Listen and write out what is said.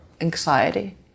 anxiety